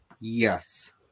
yes